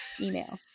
email